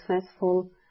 successful